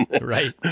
Right